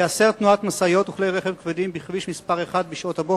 תיאסר תנועת משאיות וכלי רכב כבדים בכביש מס' 1 בשעות הבוקר.